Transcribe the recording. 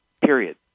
period